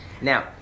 Now